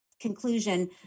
conclusion